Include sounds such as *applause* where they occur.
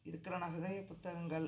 இருக்கிற *unintelligible* புத்தகங்கள்